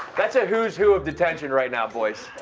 that's a who who of detention right now, boys.